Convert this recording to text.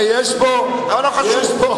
אבל לא חשוב.